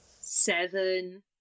Seven